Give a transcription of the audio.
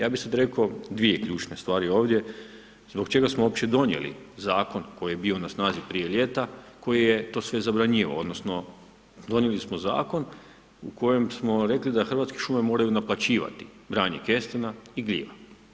Ja bi sad rekao dvije ključne stvari ovdje, zbog čega smo uopće donijeli zakon koji je bio na snazi prije ljeta, koji je to sve zabranjivao odnosno donijeli smo zakon u kojem smo rekli da Hrvatske šume moraju naplaćivati branje kestena i gljiva.